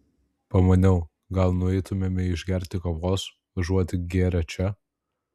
pamaniau gal nueitumėme išgerti kavos užuot gėrę čia